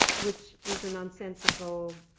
which is a nonsensical